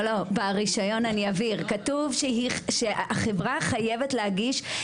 ברישיון כתוב שהחברה חייבת להגיש לנו,